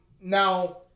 now